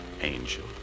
Angel